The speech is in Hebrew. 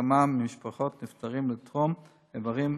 הסכמה ממשפחות נפטרים לתרום איברים,